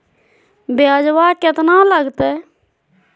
ब्यजवा केतना लगते?